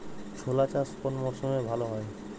ছোলা চাষ কোন মরশুমে ভালো হয়?